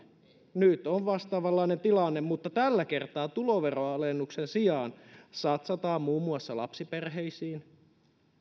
nyt on vastaavanlainen tilanne mutta tällä kertaa tuloveroalennuksen sijaan satsataan muun muassa lapsiperheisiin